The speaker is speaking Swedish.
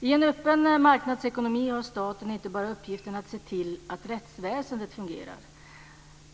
I en öppen marknadsekonomi har staten inte bara uppgiften att se till att rättsväsendet fungerar.